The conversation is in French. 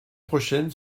prochaine